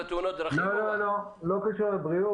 לא קשור לבריאות.